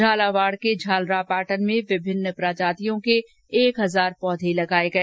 झालावाड़ के झालरापाटन में विभिन्न प्रजातियों के एक ॅ हजार पौधे लगाए गए